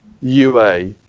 ua